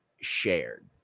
shared